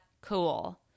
cool